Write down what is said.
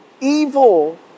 evil